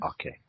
Okay